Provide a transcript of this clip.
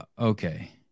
okay